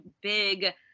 big